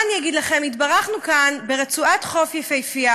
מה אני אגיד לכם, התברכנו כאן ברצועת חוף יפהפייה.